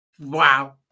Wow